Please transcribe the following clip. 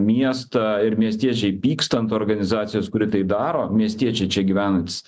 miestą ir miestiečiai pyksta ant organizacijos kuri tai daro miestiečiai čia gyvenantys